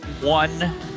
one